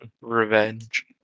Revenge